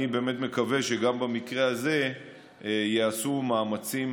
אני מקווה שגם במקרה הזה ייעשו מאמצים